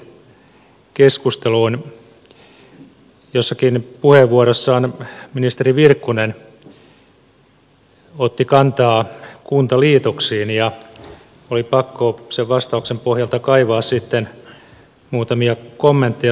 joissakin puheenvuoroissaan ministeri virkkunen otti kantaa kuntaliitoksiin ja oli pakko sen vastauksen pohjalta kaivaa sitten muutamia kommentteja taaksepäin